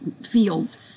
fields